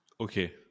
Okay